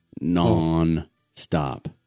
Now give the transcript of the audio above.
non-stop